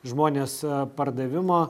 žmonės pardavimo